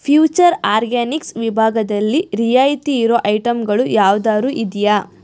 future organics ವಿಭಾಗದಲ್ಲಿ ರಿಯಾಯಿತಿ ಇರೋ ಐಟಮ್ಗಳು ಯಾವ್ದಾದ್ರೂ ಇದೆಯಾ